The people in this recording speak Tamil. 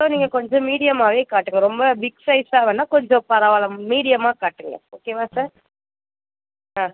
ஸோ நீங்கள் கொஞ்சம் மீடியமாகவே காட்டுங்கள் ரொம்ப பிக் சைஸாக வேணாம் கொஞ்சம் பரவாயிலாம மீடியமா காட்டுங்கள் ஓகேவா சார் ஆ